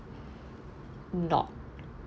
not